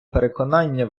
переконання